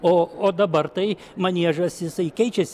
o o dabar tai maniežas jisai keičiasi